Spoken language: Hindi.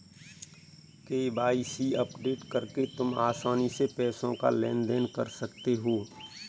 के.वाई.सी अपडेट करके तुम आसानी से पैसों का लेन देन कर सकते हो